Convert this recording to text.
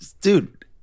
dude